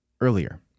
earlier